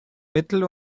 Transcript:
mittel